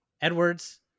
edwards